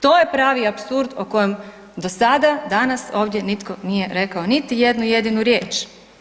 To je pravi apsurd o kojem do sada danas ovdje nitko nije rekao niti jednu jedinu riječ.